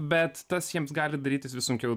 bet tas jiems gali darytis vis sunkiau